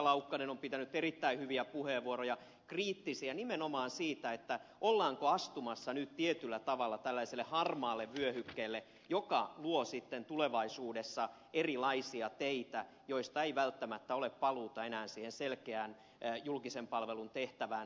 laukkanen on pitänyt erittäin hyviä puheenvuoroja kriittisiä nimenomaan siitä ollaanko astumassa nyt tietyllä tavalla tällaiselle harmaalle vyöhykkeelle joka luo sitten tulevaisuudessa erilaisia teitä joista ei välttämättä ole paluuta enää siihen selkeään julkisen palvelun tehtävään